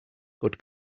good